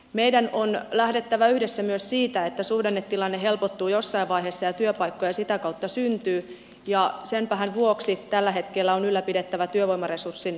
meidän on lähdettävä yhdessä myös siitä että suhdannetilanne helpottuu jossain vaiheessa ja työpaikkoja sitä kautta syntyy ja senpähän vuoksi tällä hetkellä on ylläpidettävä työvoimaresurssin työkykyä